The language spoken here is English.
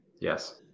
Yes